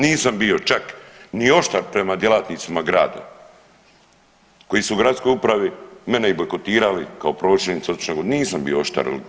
Nisam bio čak ni oštar prema djelatnicima grada koji su u gradskoj upravi mene i bojkotirali kao pročelnica … [[ne razumije se]] nisam bio oštar.